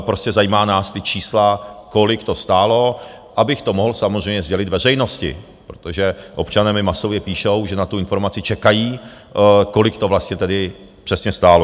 Prostě nás zajímají ta čísla, kolik to stálo, abych to mohl samozřejmě sdělit veřejnosti, protože občané mi masové píší, že na tu informaci čekají, kolik to vlastně tedy přesně stálo.